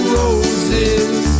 roses